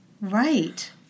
Right